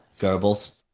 Goebbels